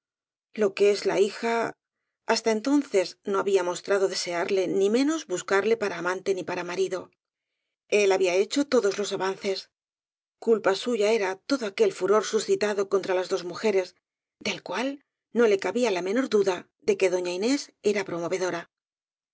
lo que es la hija hasta entonces no había mostrado desearle ni menos buscarle para amante ni para marido él había hecho todos los avances culpa suya era todo aquel furor suscitado contra las dos mujeres del cual no le cabía la menor duda de que doña inés era promovedora